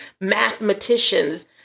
mathematicians